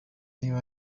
niba